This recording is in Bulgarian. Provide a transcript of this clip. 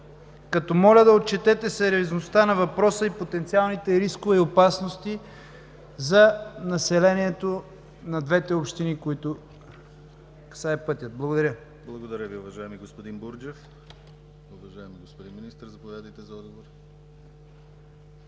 като моля да отчетете сериозността на въпроса и потенциалните рискове и опасности за населението на двете общини, които касае пътят? Благодаря. ПРЕДСЕДАТЕЛ ДИМИТЪР ГЛАВЧЕВ: Благодаря Ви, уважаеми господин Бурджев. Уважаеми господин Министър, заповядайте за отговор.